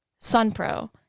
SunPro